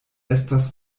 estas